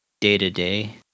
day-to-day